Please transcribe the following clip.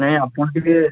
ନାଇ ଆପଣ ଟିକିଏ